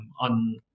on